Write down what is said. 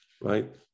right